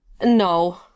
No